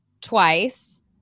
twice